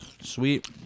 Sweet